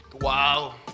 Wow